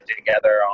together